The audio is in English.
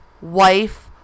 wife